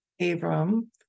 Abram